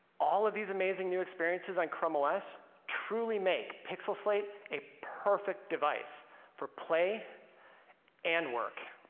all of these amazing new experiences on chrome os truly make pixel slate a perfect device for play and work.